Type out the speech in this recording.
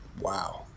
wow